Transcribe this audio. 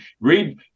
Read